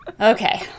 Okay